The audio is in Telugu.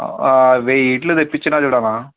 వెయ్యి ఈట్లు తెప్పించినా చూడు అన్నా